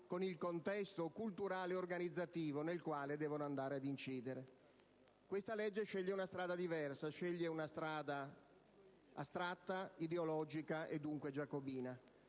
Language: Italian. con il contesto culturale e organizzativo nel quale devono andare ad incidere. Questo disegno di legge segue una strada diversa: una strada astratta, ideologica, e dunque giacobina.